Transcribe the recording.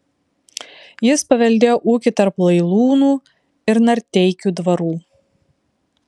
jis paveldėjo ūkį tarp lailūnų ir narteikių dvarų